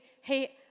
hey